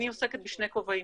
אני עוסקת בשני כובעים,